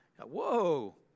Whoa